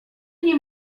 nim